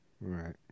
Right